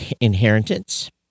inheritance